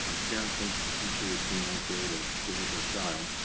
um parent thinks the teacher is being unfair to his or her child.